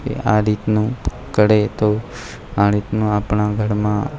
કે આ રીતનું કરે તો આ રીતનું આપણા ઘરમાં